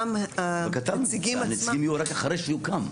אבל כתבנו, הנציגים יהיו רק אחרי שיוקם.